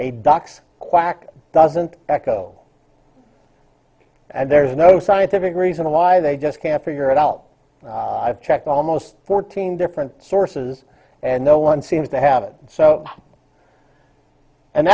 a ducks quack doesn't echo and there's no scientific reason why they just can't figure it out i've checked almost fourteen different sources and no one seems to have it so an